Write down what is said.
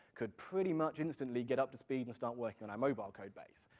could pretty much instantly get up to speed and start working on our mobile code base.